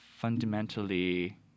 fundamentally